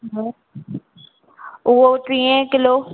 हा उहो टीहें किलो